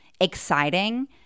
exciting